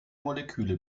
moleküle